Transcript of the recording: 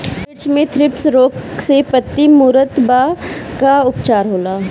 मिर्च मे थ्रिप्स रोग से पत्ती मूरत बा का उपचार होला?